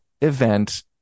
event